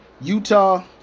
Utah